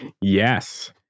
Yes